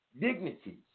dignities